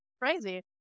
Crazy